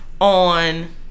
on